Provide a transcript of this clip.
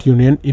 Union